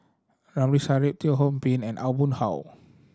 Ramli Sarip Teo Ho Pin and Aw Boon Haw